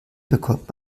bekommt